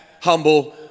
humble